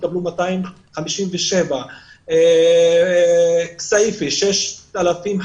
יקבלו 257. בכסייפה חסרים 6,000,